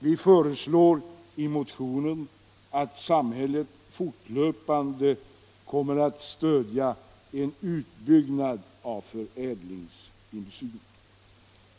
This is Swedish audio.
Vi föreslår i en motion att samhället fortlöpande stöder en utbyggnad av förädlingsindustrin.